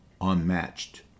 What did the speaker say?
unmatched